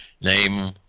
name